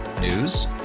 News